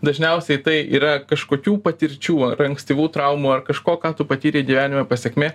dažniausiai tai yra kažkokių patirčių ar ankstyvų traumų ar kažko ką tu patyrei gyvenime pasekmė